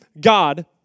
God